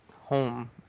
home